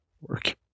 work